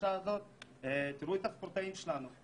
תראו את הספורטאים שלנו,